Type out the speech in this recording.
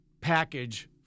package